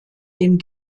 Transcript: dem